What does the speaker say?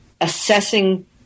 assessing